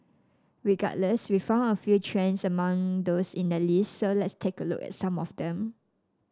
regardless we found a few trends among those in the list so let's take a look at some of them